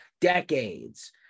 decades